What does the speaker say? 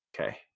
Okay